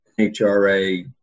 hra